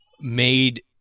made